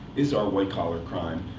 is our white collar crime.